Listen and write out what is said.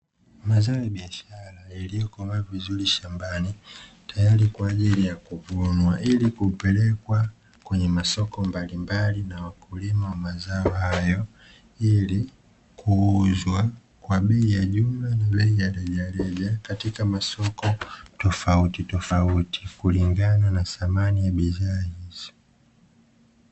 Mazao ya biashara yaliyokomaa vizuri shambani tayari kwa ajili ya kuvunwa, ili kupelekwa kwenye masoko mbalimbali na wakulima wa mazao hayo, ili kuuzwa kwa bei ya jumla na reja reja, katika masoko tofautitofauti kulingana na thamani ya bidhaa hizo.